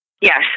Yes